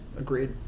Agreed